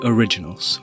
Originals